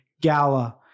gala